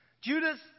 Judas